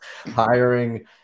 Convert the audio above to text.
hiring